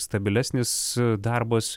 stabilesnis darbas